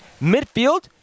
midfield